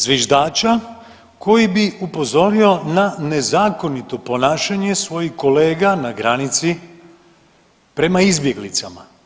Zviždača koji bi upozorio na nezakonito ponašanje svojih kolega na granici prema izbjeglicama.